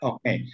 Okay